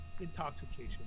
intoxication